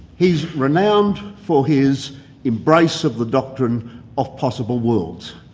he's renowned for his embrace of the doctrine of possible worlds,